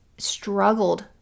struggled